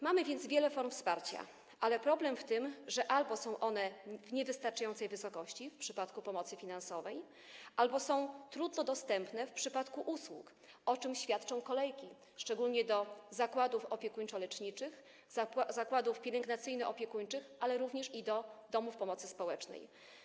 Mamy więc wiele form wsparcia, ale problem w tym, że albo jest ono w niewystarczającej wysokości - w przypadku pomocy finansowej albo jest trudno dostępne - w przypadku usług, o czym świadczą kolejki, szczególnie do zakładów opiekuńczo-leczniczych, zakładów pielęgnacyjno-opiekuńczych, ale również do domów pomocy społecznej.